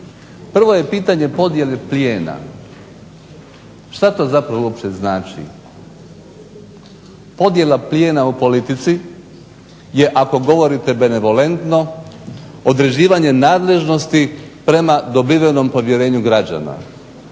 Prvo je pitanje podjele plijena. Što to zapravo uopće znači? Podjela plijena u politici je ako govorite benevolentno određivanje nadležnosti prema dobivenom povjerenju građana.